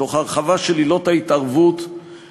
חשבו איך ירגיש העולם החדש הזה.